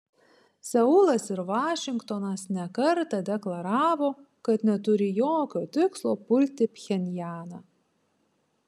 seulas ir vašingtonas ne kartą deklaravo kad neturi jokio tikslo pulti pchenjaną